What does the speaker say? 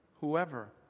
whoever